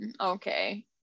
okay